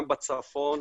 גם בצפון,